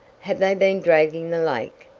have they been dragging the lake?